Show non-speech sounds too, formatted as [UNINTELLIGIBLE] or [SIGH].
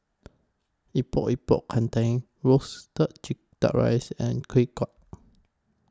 Epok Epok Kentang Roasted Chee Duck Rice and Kueh [UNINTELLIGIBLE]